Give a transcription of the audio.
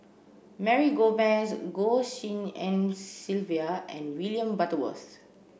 Mary Gomes Goh Tshin En Sylvia and William Butterworth